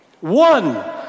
One